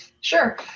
Sure